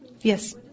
Yes